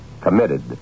committed